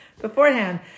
beforehand